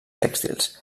tèxtils